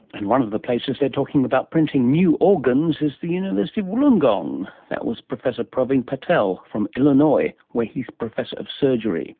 and one of the places they are talking about printing new organs is the university of wollongong. that was professor pravin patel from illinois, where he is professor of surgery